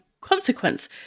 consequence